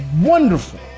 wonderful